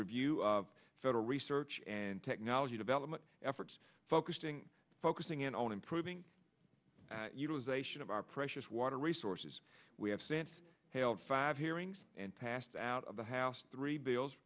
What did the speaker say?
review of federal research and technology development efforts focusing focusing in on improving utilization of our precious water resources we have since hailed five hearings and passed out of the house three bills